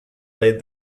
laid